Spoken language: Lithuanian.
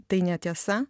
tai netiesa